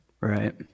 Right